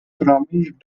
promised